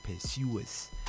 pursuers